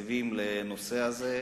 תקציבים לנושא הזה,